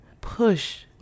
push